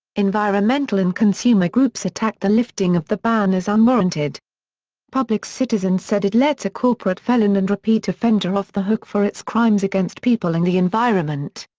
environmental and consumer groups attacked the lifting of the ban as unwarranted public citizen said it lets a corporate felon and repeat offender off the hook for its crimes against people and the environment.